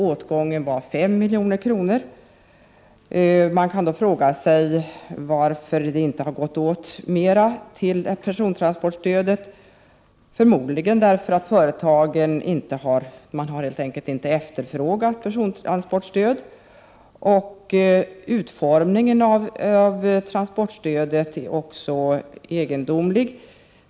Åtgången uppgick till 5 milj.kr., varför man kan fråga sig varför det inte gått åt mer pengar till persontransportstödet. Förmodligen är förklaringen helt enkelt den att företagen inte har efterfrågat persontransportstöd. Utformningen av stödet är också egendomlig.